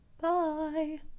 Bye